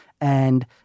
And-